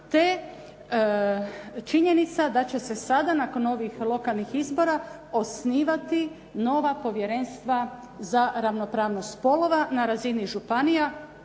te činjenica da će se sada nakon ovih lokalnih izbora osnivati nova povjerenstva za ravnopravnost spolova na razini županija.